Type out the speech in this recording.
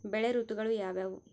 ಬೆಳೆ ಋತುಗಳು ಯಾವ್ಯಾವು?